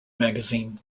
magazine